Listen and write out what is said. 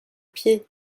pieds